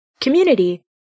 community